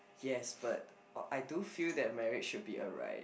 yes but I do feel that marriage should be alright